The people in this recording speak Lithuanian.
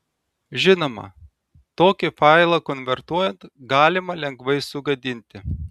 žinoma tokį failą konvertuojant galima lengvai sugadinti